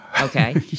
Okay